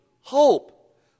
hope